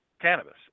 Cannabis